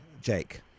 Jake